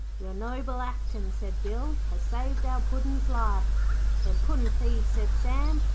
your noble actin' said bill, has saved our puddin's life them puddin'-thieves said sam,